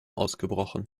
ausgebrochen